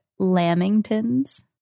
Lamingtons